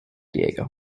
diego